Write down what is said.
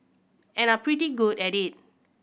and are pretty good at it